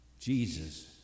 Jesus